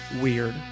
weird